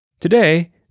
Today